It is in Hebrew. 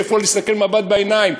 איפה להסתכל, מבט בעיניים?